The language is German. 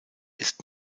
ist